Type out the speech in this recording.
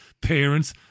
parents